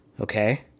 Okay